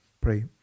Pray